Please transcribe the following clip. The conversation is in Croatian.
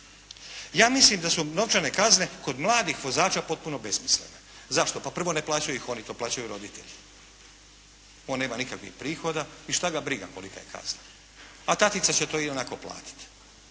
Ja mislim da su novčane kazne kod mladih vozača potpuno besmislene. Zašto? Pa prvo ne plaćaju ih oni, to plaćaju roditelji. On nema nikakvih prihoda i šta ga briga kolika je kazna, a tatica će to ionako platiti,